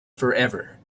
forever